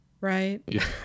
right